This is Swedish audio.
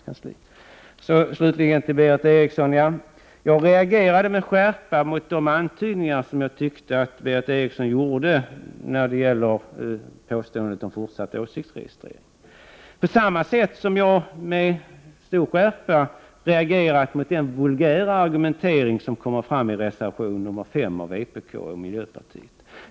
Slutligen några ord till Berith Eriksson: Jag reagerade med skärpa mot de antydningar som jag tyckte att Berith Eriksson gjorde om fortsatt åsiktsregistrering, på samma sätt som jag med stor skärpa reagerat mot den vulgära argumentering som förs i reservation nr 5 av vpk och miljöpartiet.